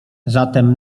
zatem